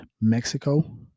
mexico